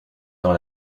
dans